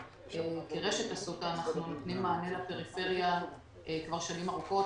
ברשת אסותא אנחנו נותנים מענה לפריפריה כבר שנים ארוכות.